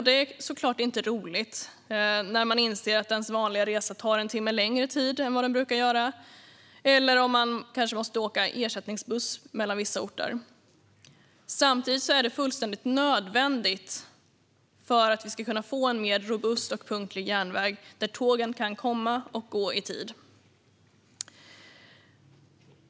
Det är såklart inte roligt när man inser att ens vanliga resa tar en timme längre tid än vad den brukar göra eller om man kanske måste åka ersättningsbuss mellan vissa orter. Samtidigt är detta fullständigt nödvändigt för att vi ska kunna få en mer robust järnväg där tågen kan komma och gå i tid.